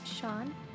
Sean